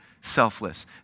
selfless